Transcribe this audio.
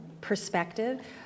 perspective